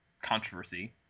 controversy